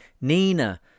Nina